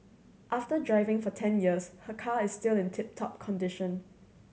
after driving for ten years her car is still in tip top condition